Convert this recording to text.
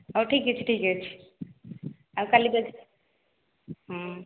ହଉ ଠିକ୍ ଅଛି ଠିକ୍ ଅଛି ଆଉ କାଲିକୁ ଆସ ହଁ